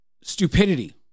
Stupidity